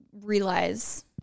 realize